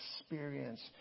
experience